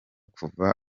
kuva